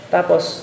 Tapos